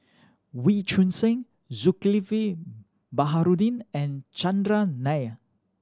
Wee Choon Seng Zulkifli Baharudin and Chandran Nair